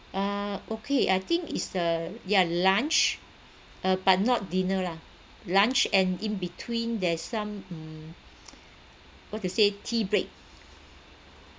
ah okay I think it's the ya lunch uh but not dinner lah lunch and in between there's some mm what to say tea break